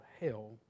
hell